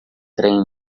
trem